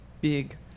big